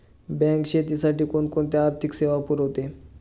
Bank शेतीसाठी कोणकोणत्या आर्थिक सेवा पुरवते?